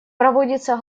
проводится